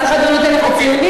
אל תיתני לי ציונים.